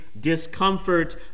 discomfort